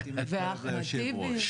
הייתי מתקרב ליושב-ראש.